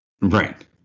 Right